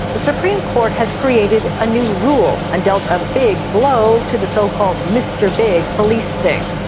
a supreme court has created a new rule and dealt a big blow to the so-called mr big police sting.